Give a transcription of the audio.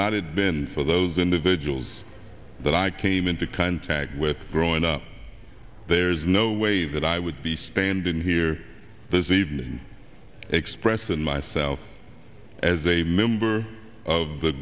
it been for those individuals that i came into contact with growing up there's no way a that i would be standing here this evening express and myself as a member of the